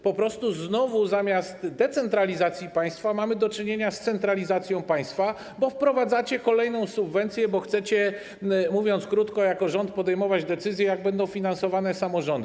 Po prostu znowu zamiast decentralizacji państwa mamy do czynienia z centralizacją państwa, bo wprowadzacie kolejną subwencję, bo chcecie, mówiąc krótko, jako rząd podejmować decyzje, jak będą finansowane samorządy.